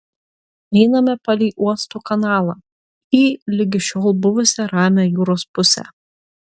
einame palei uosto kanalą į ligi šiol buvusią ramią jūros pusę